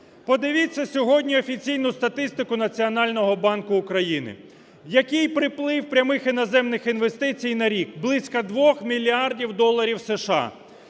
Подивіться сьогодні офіційну статистику Національного банку України, який приплив прямих іноземних інвестицій на рік: близько 2 мільярдів доларів США.